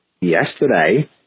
yesterday